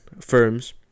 firms